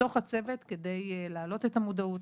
בתוך הצוות כדי לעלות את המודעות,